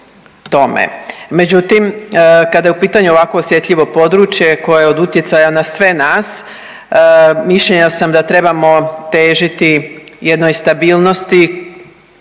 Međutim, kada je u pitanju ovakvo osjetljivo područje koje je od utjecaja na sve nas mišljenja sam da trebamo težiti jednog stabilnosti,